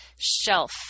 shelf